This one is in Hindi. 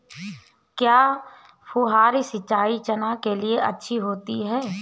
क्या फुहारी सिंचाई चना के लिए अच्छी होती है?